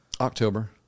October